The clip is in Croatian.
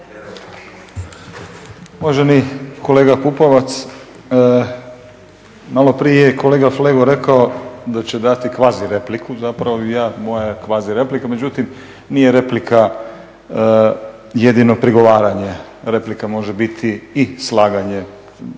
Uvaženi kolega Pupovac, malo prije je kolega Flego rekao da će dati kvazi repliku i moja je kvazi replika, međutim nije replika jedino prigovaranje. Replika može biti i slaganje,